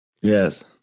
Yes